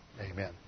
Amen